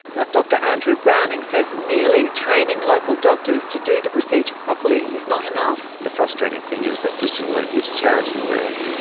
but dr andrew browning says merely training local doctors to do the procedure properly is not enough. the frustrating thing is that fistula work is charity work.